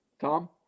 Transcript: Tom